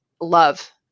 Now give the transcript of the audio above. love